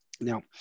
Now